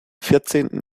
vierzehnten